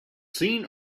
seen